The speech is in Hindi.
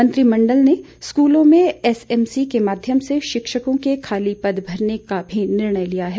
मंत्रिमंडल ने स्कलों में एसएमसी के माध्यम से शिक्षकों के खाली पद भरने का भी निर्णय लिया है